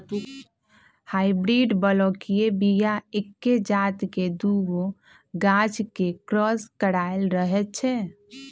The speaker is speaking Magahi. हाइब्रिड बलौकीय बीया एके जात के दुगो गाछ के क्रॉस कराएल रहै छै